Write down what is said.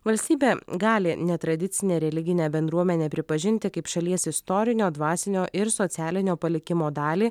valstybė gali netradicinę religinę bendruomenę pripažinti kaip šalies istorinio dvasinio ir socialinio palikimo dalį